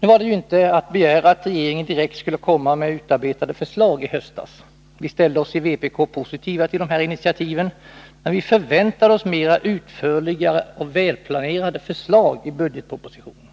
Det var inte att begära att regeringen direkt skulle lägga fram utarbetade förslag i höstas. Vi ställde oss i vpk positiva till de här initiativen, men vi förväntade oss mer utförliga och välplanerade förslag i budgetpropositionen.